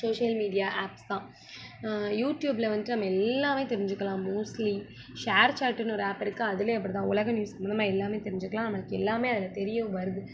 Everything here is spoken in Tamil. சோஷியல் மீடியா ஆப்ஸ் தான் யூடியூபில் வந்துட்டு நம்ம எல்லாமே தெரிஞ்சுக்கலாம் மோஸ்ட்லி ஷேர்ச்சாட்டுன்னு ஒரு ஆப் இருக்குது அதுலேயும் அப்படிதான் உலக நியூஸ் இந்தமாதிரி எல்லாமே தெரிஞ்சுக்கலாம் நம்மளுக்கு எல்லாமே அதில் தெரியவும் வருது